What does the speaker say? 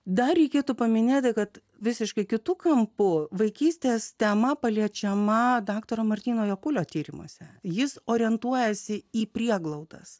dar reikėtų paminėti kad visiškai kitu kampu vaikystės tema paliečiama daktaro martyno jakulio tyrimuose jis orientuojasi į prieglaudas